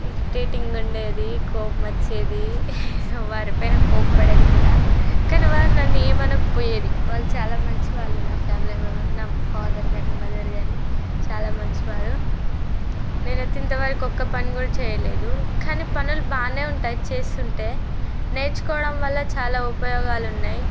irritating ఉండేది కోపం వచ్చేది వారి పైన కోప్పడేది కూడా కానీ వారు నన్ను ఏమీ అనకపోయేది వాళ్ళు చాలా మంచి వాళ్ళు నా ఫ్యామిలీ మెంబర్స్ నా ఫాదర్ కానీ మదర్ కానీ చాలా మంచివారు నేను అయితే ఇంత వరకు ఒక్క పని కూడా చేయలేదు కానీ పనులు బాగానే ఉంటాయి చేస్తుంటే నేర్చుకోవడం వల్ల చాలా ఉపయోగాలు ఉన్నాయి